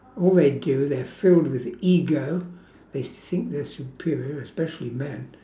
all they do they're filled with ego they think they're superior especially men